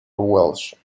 welsh